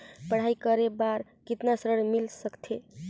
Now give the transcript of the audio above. पढ़ाई करे बार कितन ऋण मिल सकथे?